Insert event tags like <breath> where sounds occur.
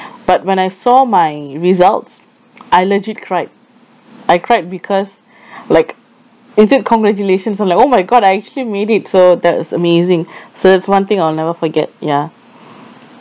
but when I saw my results I legit cried I cried because <breath> like it said congratulations I'm like oh my god I actually made it so that was amazing <breath> so that's one thing I will never forget ya